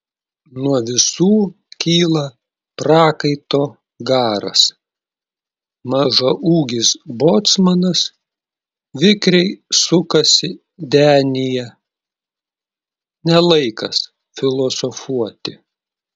nuo visų kyla prakaito garas mažaūgis bocmanas vikriai sukasi denyje ne laikas filosofuoti